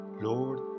Lord